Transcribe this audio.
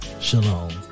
Shalom